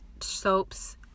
soaps